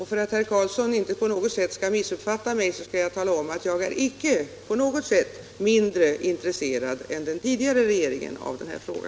För att herr Karlsson inte skall missuppfatta mig vill jag tala om att 9” jag inte på något sätt är mindre intresserad än den tidigare regeringen av denna fråga.